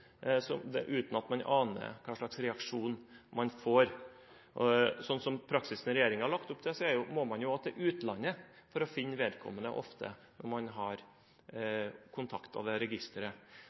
uten at man aner hva slags reaksjon man får. Praksisen som regjeringen har lagt opp til, gjør at man ofte må til utlandet for å finne vedkommende når man har kontaktet registeret.